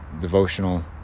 Devotional